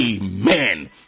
amen